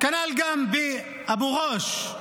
כנ"ל גם באבו גוש.